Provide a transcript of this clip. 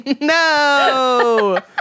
No